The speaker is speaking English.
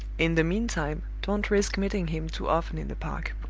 in the meantime, don't risk meeting him too often in the park.